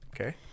Okay